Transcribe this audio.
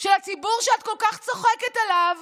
של הציבור שאת כל כך צוחקת עליו